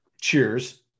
Cheers